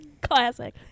Classic